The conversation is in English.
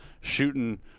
shooting